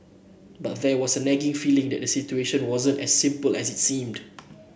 but there was a nagging feeling that the situation wasn't as simple as it seemed